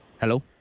hello